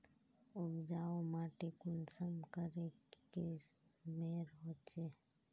उपजाऊ माटी कुंसम करे किस्मेर होचए?